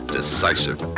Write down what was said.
Decisive